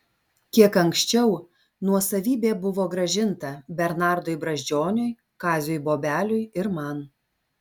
kiek anksčiau nuosavybė buvo grąžinta bernardui brazdžioniui kaziui bobeliui ir man